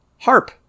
HARP